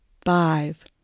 five